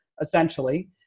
essentially